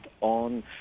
on